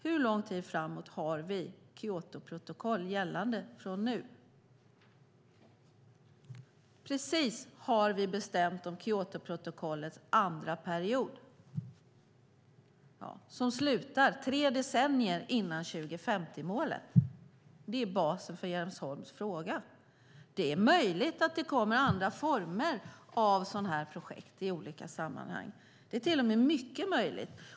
Hur lång tid framåt har vi gällande Kyotoprotokoll från nu? Vi har precis bestämt om Kyotoprotokollets andra period. Den slutar tre decennier innan 2050-målet ska vara uppnått. Det är basen för Jens Holms fråga. Det är möjligt att det kommer andra former av sådana här projekt i olika sammanhang. Det är till och med mycket möjligt.